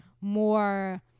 more